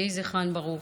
יהי זכרן ברוך.